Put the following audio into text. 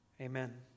Amen